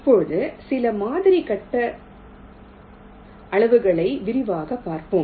இப்போது சில மாதிரி கட்ட அளவுகளை விரைவாகப் பார்ப்போம்